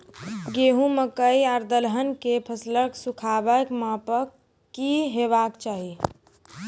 गेहूँ, मकई आर दलहन के फसलक सुखाबैक मापक की हेवाक चाही?